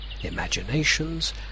imaginations